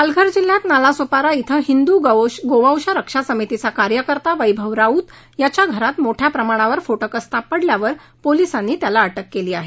पालघर जिल्ह्यात नालासोपारा इथं हिंदू गोवंश रक्षा समितीचा कार्यकर्ता वैभव राऊत याच्या घरात मोठ्या प्रमाणात स्फोटकं सापडल्यावर पोलिसांनी त्याला अटक केली आहे